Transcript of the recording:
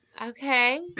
Okay